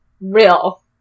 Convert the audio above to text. real